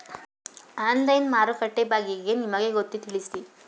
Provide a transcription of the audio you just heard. Online ಮಾರುಕಟ್ಟೆ ಬಗೆಗೆ ನಿಮಗೆ ಗೊತ್ತೇ? ತಿಳಿಸಿ?